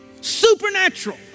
supernatural